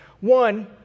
One